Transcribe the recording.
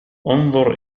أنظر